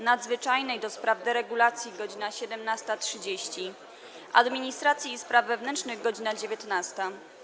Nadzwyczajnej do spraw deregulacji - godz. 17.30, - Administracji i Spraw Wewnętrznych - godz. 19.